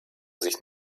sich